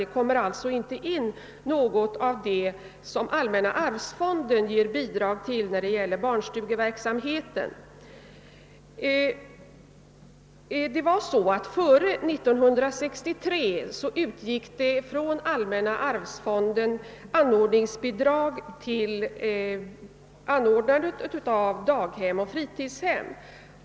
Det kommer alltså inte där in bidrag som allmänna arvsfonden ger till barnstugeverksamheten. Före 1963 utgick det från allmänna arvsfonden anordningsbidrag för anordnande av daghem och fritidshem.